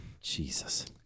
Jesus